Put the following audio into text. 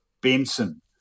Benson